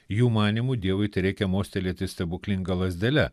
jų manymu dievui tereikia mostelėti stebuklinga lazdele